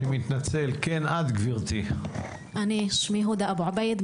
יש לנו נייר עמדה